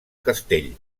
castell